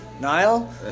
Niall